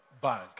bank